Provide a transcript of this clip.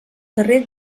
darrer